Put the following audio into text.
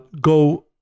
go